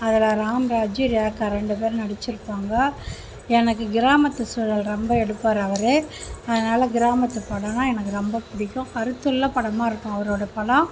அதில் ராமராஜு ரேகா ரெண்டு பேரும் நடித்திருப்பாங்க எனக்கு கிராமத்து சூழல் ரொம்ப எடுப்பார் அவர் அதனால் கிராமத்து பாடல்னா எனக்கு ரொம்ப பிடிக்கும் கருத்துள்ள படமாக இருக்கும் அவரோட படம்